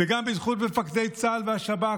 וגם מפקדי צה"ל והשב"כ,